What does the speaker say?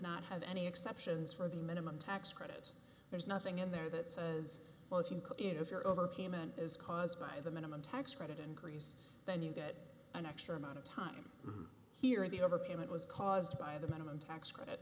not have any exceptions for the minimum tax credit there's nothing in there that says well if you call in if your overpayment is caused by the minimum tax credit increase then you get an extra amount of time here in the overpayment was caused by the minimum tax credit